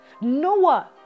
Noah